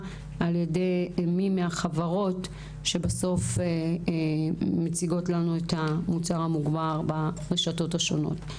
על-ידי החברות בסוף מציגות לנו את המוצר המוגמר ברשתות השונות.